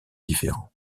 différents